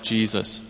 Jesus